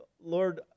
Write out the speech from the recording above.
Lord